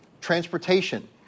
transportation